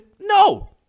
No